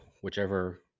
whichever